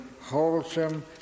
wholesome